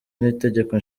n’itegeko